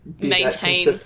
maintain